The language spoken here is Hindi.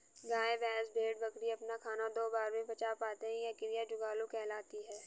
गाय, भैंस, भेड़, बकरी अपना खाना दो बार में पचा पाते हैं यह क्रिया जुगाली कहलाती है